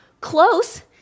close